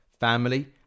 family